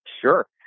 sure